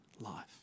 life